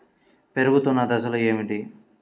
పెరుగుతున్న దశలు ఏమిటి?